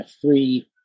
three